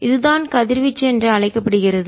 இது தான் கதிர்வீச்சு என்று அழைக்கப்படுகிறது